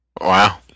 Wow